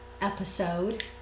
episode